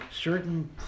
certain